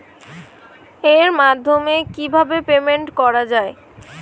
এর মাধ্যমে কিভাবে পেমেন্ট করা য়ায়?